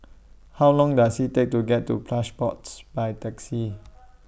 How Long Does IT Take to get to Plush Pods By Taxi